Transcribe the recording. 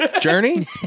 Journey